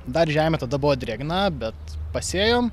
dar žemė tada buvo drėgna bet pasėjom